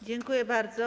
Dziękuję bardzo.